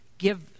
give